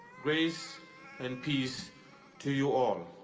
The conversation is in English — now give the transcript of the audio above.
grace and peace to you all.